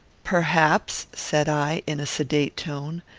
perhaps, said i, in a sedate tone,